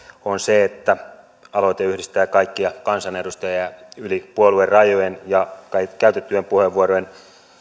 on se että aloite yhdistää kaikkia kansanedustajia yli puoluerajojen ja käytettyjen puheenvuorojen